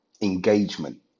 engagement